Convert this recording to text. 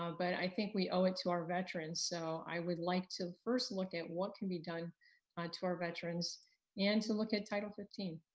um but i think we owe it to our veterans. so i would like to first look at what can be done on to our veterans and to look at title fifteen.